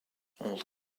all